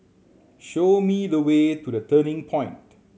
show me the way to The Turning Point